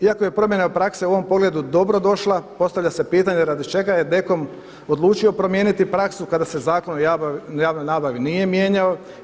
Iako je promjena prakse u ovom pogledu dobro došla, postavlja se pitanje radi čega je DKOM odlučio promijenio praksu kada se Zakon o javnoj nabavi nije mijenjao?